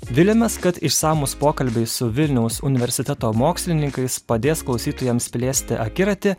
viliamės kad išsamūs pokalbiai su vilniaus universiteto mokslininkais padės klausytojams plėsti akiratį